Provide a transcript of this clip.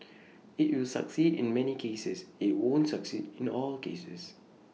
IT will succeed in many cases IT won't succeed in all cases